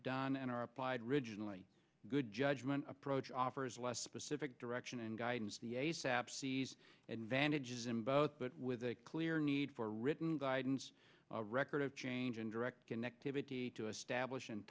done and are applied rigidly good judgment approach offers less specific direction and guidance advantages in both but with a clear need for written guidance record of change and direct connectivity to establish